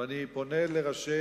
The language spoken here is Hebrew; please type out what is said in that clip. ואני פונה לראשי